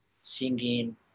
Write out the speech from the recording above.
singing